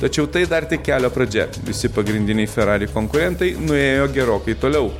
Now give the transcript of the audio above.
tačiau tai dar tik kelio pradžia visi pagrindiniai ferrari konkurentai nuėjo gerokai toliau